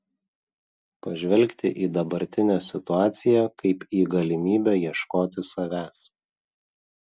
pažvelgti į dabartinę situaciją kaip į galimybę ieškoti savęs